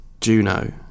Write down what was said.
Juno